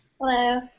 Hello